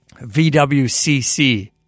VWCC